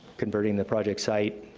converting the project site,